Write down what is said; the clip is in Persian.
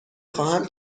خواهم